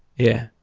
yeah.